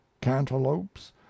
cantaloupes